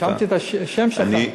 רשמתי את השם שלך.